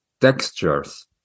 textures